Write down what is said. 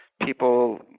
people